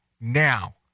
now